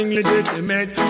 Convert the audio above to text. legitimate